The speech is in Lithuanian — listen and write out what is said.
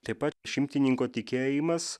taip pat šimtininko tikėjimas